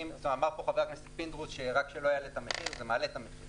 אמר פה חבר הכנסת פינדרוס: רק שזה לא יעלה את המחיר זה מעלה את המחיר,